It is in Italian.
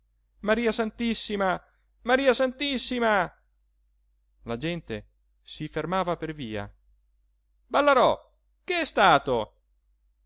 maria santissima maria santissima la gente si fermava per via ballarò che è stato